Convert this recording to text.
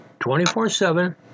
24-7